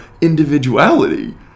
individuality